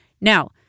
Now